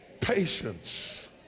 Patience